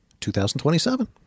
2027